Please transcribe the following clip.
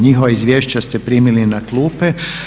Njihova izvješća ste primili na klupe.